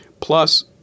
Plus